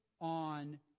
on